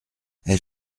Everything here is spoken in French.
elle